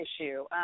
issue